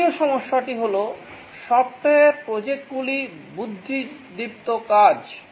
তৃতীয় সমস্যাটি হল সফটওয়্যার প্রজেক্টগুলি বুদ্ধিদীপ্ত কাজ